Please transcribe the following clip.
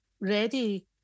ready